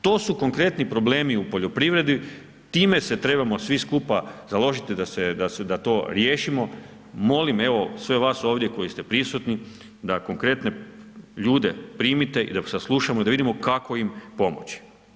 To su konkretni problemi u poljoprivredi, time se trebamo svi skupa založiti da to riješimo, molim evo, sve vas ovdje koji ste prisutni da konkretne ljude primite i dok sa saslušamo, da vidimo kako im pomoći.